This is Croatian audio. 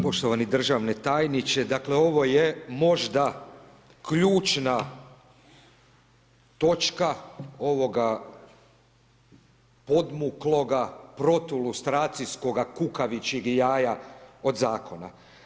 Poštovani državni tajniče, dakle ovo je možda ključna točka ovoga podmukloga protulustracijskoga kukavičjeg jaja od zakona.